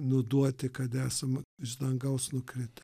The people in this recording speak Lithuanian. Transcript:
nuduoti kad esam iš dangaus nukritę